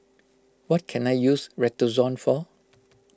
what can I use Redoxon for